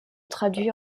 traduits